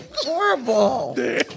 Horrible